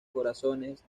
corazones